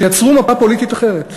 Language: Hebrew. שיצרו מפה פוליטית אחרת,